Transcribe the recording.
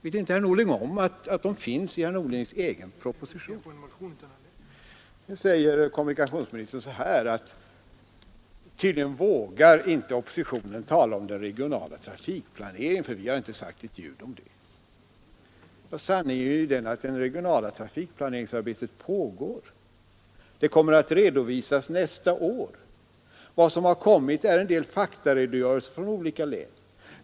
Vet inte herr Norling om att de finns i herr Norlings egen proposition? Sedan säger kommunikationsministern: Tydligen vågar oppositionen inte tala om den regionala trafikplaneringen, för den har inte sagt ett ljud om den. Sanningen är ju att det arbetet pågår. Resultatet kommer att redovisas nästa år. Vad som har kommit är en del faktaredogörelser från olika län.